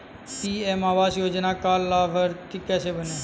PM आवास योजना का लाभर्ती कैसे बनें?